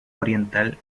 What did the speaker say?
oriental